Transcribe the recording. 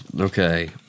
okay